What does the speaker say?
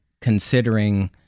considering